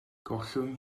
gollwng